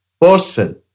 person